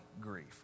grief